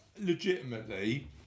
legitimately